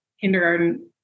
kindergarten